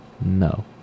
no